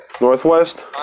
Northwest